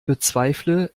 bezweifle